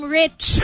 rich